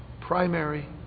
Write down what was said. primary